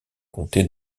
comté